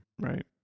Right